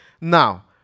Now